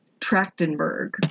Trachtenberg